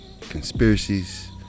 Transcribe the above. Conspiracies